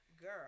Girl